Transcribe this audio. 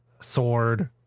sword